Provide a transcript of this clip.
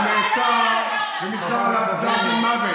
זה לא יפה לעשות את זה, למה?